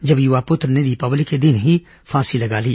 जब युवा पुत्र ने दीपावली के दिन ही फांसी लगा ली